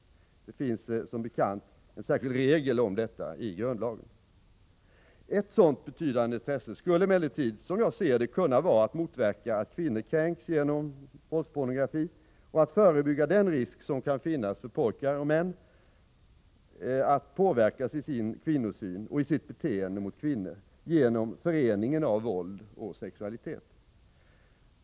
Det finns som bekant en särskild spärregel om detta i grundlagen. Ett sådant betydande intresse skulle emellertid som jag ser det kunna vara att motverka att kvinnor kränks genom våldspornografin och att förebygga den risk som kan finnas för att pojkar och män påverkas i sin kvinnosyn och i sitt beteende mot kvinnor genom föreningen av våld och sexualitet.